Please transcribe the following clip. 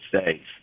States